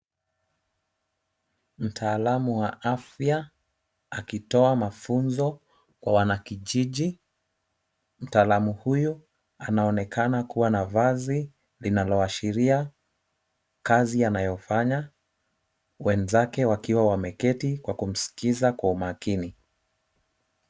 Mtaalamu wa afya akitoa mafunzo kwa wanakijiji. Mtaalamu huyu anaonekana kuwa na vazi linaloashiria kazi anayofanya wenzake wake wakiwa wameketi kwa kumsikiza kwa umakini.